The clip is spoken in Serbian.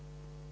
Hvala